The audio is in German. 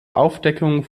aufdeckung